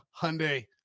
Hyundai